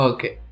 Okay